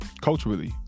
culturally